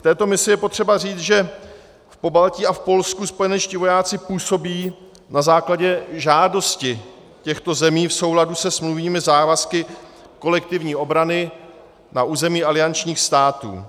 K této misi je potřeba říci, že v Pobaltí a v Polsku spojenečtí vojáci působí na základě žádosti těchto zemí v souladu se smluvními závazky kolektivní obrany na území aliančních států.